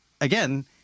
Again